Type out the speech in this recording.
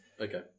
Okay